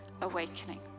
awakening